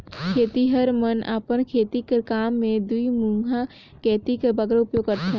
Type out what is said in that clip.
खेतिहर मन अपन खेती कर काम मे दुईमुहा गइती कर बगरा उपियोग करथे